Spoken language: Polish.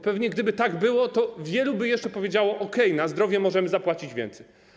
Pewnie gdyby tak było, to wielu jeszcze by powiedziało: okej, na zdrowie możemy zapłacić więcej.